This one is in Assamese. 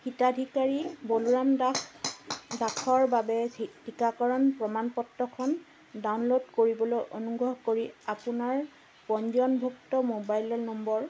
হিতাধিকাৰী বলোৰাম দাস দাসৰ বাবে টীকাকৰণ প্ৰমাণপত্ৰখন ডাউনল'ড কৰিবলৈ অনুগ্ৰহ কৰি আপোনাৰ পঞ্জীয়নভুক্ত মোবাইল নম্বৰ